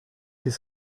his